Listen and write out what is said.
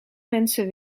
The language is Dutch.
mensen